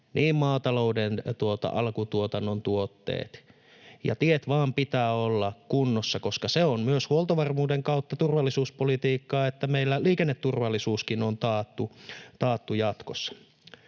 kuin maatalouden alkutuotannon tuotteet. Teiden vaan pitää olla kunnossa, koska se on myös huoltovarmuuden kautta turvallisuuspolitiikkaa, että meillä liikenneturvallisuuskin on taattu jatkossa.